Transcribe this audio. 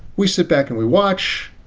we sit back and we watch.